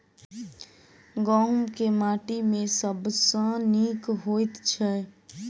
गहूम केँ माटि मे सबसँ नीक होइत छै?